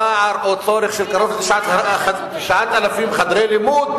פער או צורך של קרוב ל-9,000 חדרי לימוד,